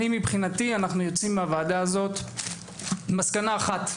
מבחינתי אנו יוצאים מהוועדה הזו עם מסקנה אחת,